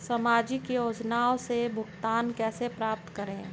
सामाजिक योजनाओं से भुगतान कैसे प्राप्त करें?